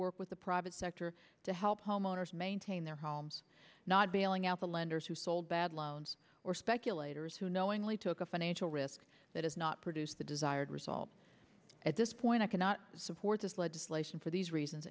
work with the private sector to help homeowners maintain their homes not bailing out the lenders who sold bad loans or speculators who knowingly took a financial risk that is not produce the desired result at this point i cannot support this legislation for these reasons